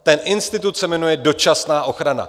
Ten institut jmenuje dočasná ochrana.